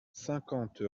cinquante